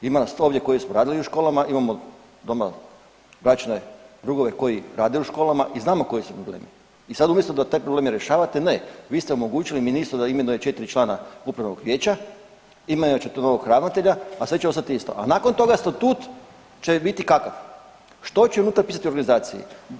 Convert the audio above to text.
Ima nas ovdje koji smo radili u školama, imamo doma bračne drugove koji rade u školama i znamo koji su problemi i sad umjesto da te probleme rješavate, ne vi ste omogućili ministru da imenuje 4 člana upravnog vijeća, imenovat ćete novog ravnatelja, a sve će ostat isto, a nakon toga statut će biti kakav, što će unutra pisat o organizaciji?